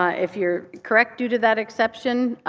ah if you're correct due to that exception,